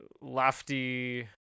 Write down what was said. lofty